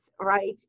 right